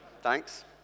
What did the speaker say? Thanks